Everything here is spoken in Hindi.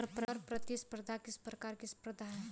कर प्रतिस्पर्धा किस प्रकार की स्पर्धा है?